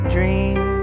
Dream